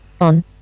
on